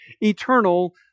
eternal